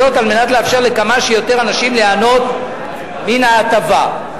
כדי לאפשר לכמה שיותר אנשים ליהנות מן ההטבה.